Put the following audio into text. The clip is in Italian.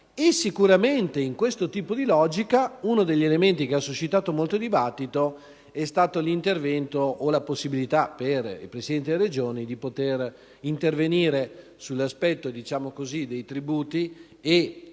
Sicuramente, in questo tipo di logica, uno degli elementi che ha suscitato molto dibattito ha riguardato la possibilità per i presidenti delle Regioni di intervenire sull'aspetto dei tributi e